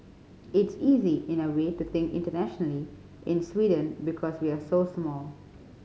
it's easy in a way to think internationally in Sweden because we're so small